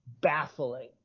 baffling